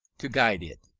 to guide it.